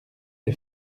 les